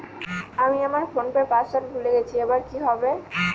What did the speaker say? আমি আমার ফোনপের পাসওয়ার্ড ভুলে গেছি এবার কি হবে?